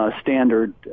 standard